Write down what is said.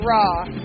Raw